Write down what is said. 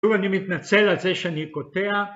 אני מתנצל על זה שאני קוטע